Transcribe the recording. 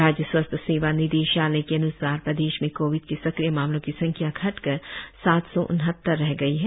राज्य स्वास्थ्य सेवा निदेशालय के अन्सार प्रदेश में कोविड के सक्रिय मामलों की संख्या घटकर सात सौ उनहत्तर रह गई है